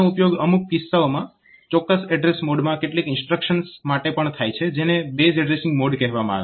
આનો ઉપયોગ અમુક કિસ્સાઓમાં ચોક્કસ એડ્રેસ મોડમાં કેટલીક ઇન્સ્ટ્રક્શન્સ માટે પણ થાય છે જેને બેઝ એડ્રેસીંગ મોડ કહેવામાં આવે છે